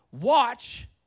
watch